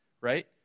right